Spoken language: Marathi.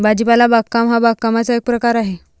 भाजीपाला बागकाम हा बागकामाचा एक प्रकार आहे